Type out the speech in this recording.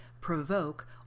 provoke